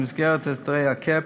במסגרת הסדרי הקאפ,